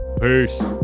peace